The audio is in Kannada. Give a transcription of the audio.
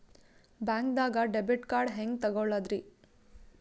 ಬ್ಯಾಂಕ್ದಾಗ ಡೆಬಿಟ್ ಕಾರ್ಡ್ ಹೆಂಗ್ ತಗೊಳದ್ರಿ?